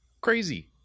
Crazy